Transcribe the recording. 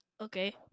Okay